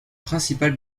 principale